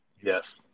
Yes